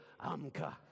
Amka